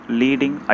leading